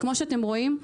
כפי שאתם רואים,